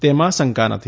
તેમાં શંકા નથી